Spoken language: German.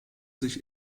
sich